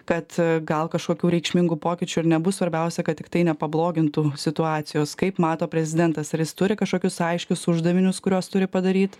kad gal kažkokių reikšmingų pokyčių ir nebus svarbiausia kad tiktai nepablogintų situacijos kaip mato prezidentas ar jis turi kažkokius aiškius uždavinius kuriuos turi padaryt